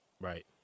Right